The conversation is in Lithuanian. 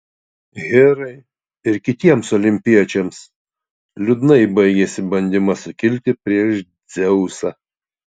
herai ir kitiems olimpiečiams liūdnai baigėsi bandymas sukilti prieš dzeusą